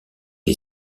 est